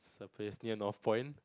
the place near Northpoint